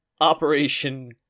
Operation